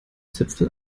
zipfel